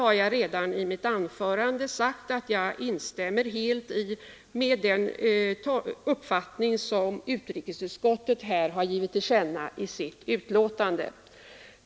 Jag har redan i mitt anförande sagt att jag instämmer helt i den = politik uppfattning som utrikesutskottet gett till känna i sitt betänkande.